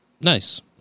Nice